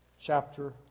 chapter